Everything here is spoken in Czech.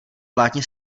plátně